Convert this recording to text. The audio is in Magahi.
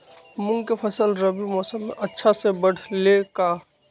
मूंग के फसल रबी मौसम में अच्छा से बढ़ ले का?